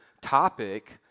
topic